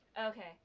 Okay